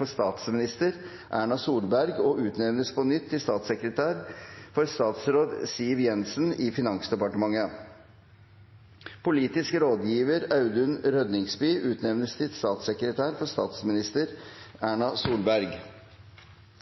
for statsminister Erna Solberg og utnevnes på nytt til statssekretær for statsråd Siv Jensen i Finansdepartementet. Politisk rådgiver Audun Rødningsby utnevnes til statssekretær for statsminister